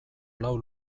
lau